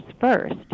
first